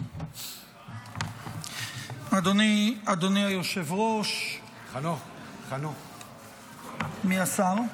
אדוני היושב-ראש, מי השר?